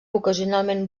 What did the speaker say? ocasionalment